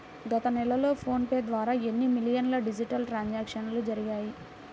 గత నెలలో PhonePe ద్వారా ఎన్నో మిలియన్ల డిజిటల్ ట్రాన్సాక్షన్స్ జరిగాయి